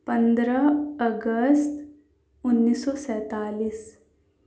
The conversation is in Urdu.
پندرہ اگست اُنیس سو سینتالیس